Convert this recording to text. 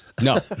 No